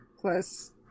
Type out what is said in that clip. plus